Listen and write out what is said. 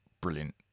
brilliant